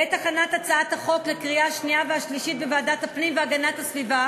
בעת הכנת הצעת החוק לקריאה השנייה והשלישית בוועדת הפנים והגנת הסביבה